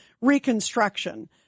reconstruction